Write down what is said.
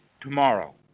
tomorrow